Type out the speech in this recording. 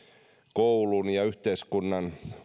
koulun ja yhteiskunnan